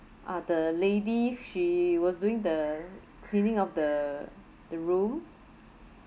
ah the lady she was doing the cleaning of the the room